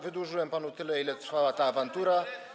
Wydłużyłem panu tyle, ile trwała ta awantura.